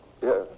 yes